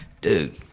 dude